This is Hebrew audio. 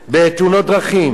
בתאונות דרכים,